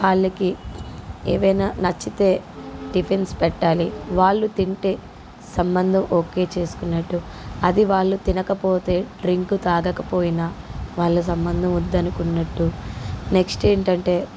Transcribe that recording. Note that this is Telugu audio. వాళ్ళకి ఏవైనా నచ్చితే టిఫిన్స్ పెట్టాలి వాళ్ళు తింటే సంబంధం ఓకే చేసుకున్నట్టు అది వాళ్ళు తినకపోతే డ్రింక్ తాగకపోయినావళ్ళు సంబంధం వద్దనుకున్నట్టు నెక్స్ట్ ఏంటంటే